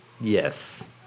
Yes